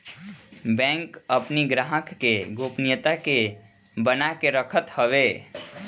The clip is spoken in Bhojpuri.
बैंक अपनी ग्राहक के गोपनीयता के बना के रखत हवे